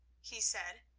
he said,